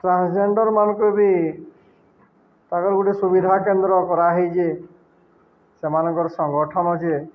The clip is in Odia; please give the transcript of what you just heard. ଟ୍ରାନ୍ସଜେଣ୍ଡରମାନଙ୍କୁ ବି ତାଙ୍କର ଗୋଟେ ସୁବିଧା କେନ୍ଦ୍ର କରାହେଇଛି ସେମାନଙ୍କର ସଂଗଠନ ଯେ